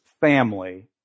family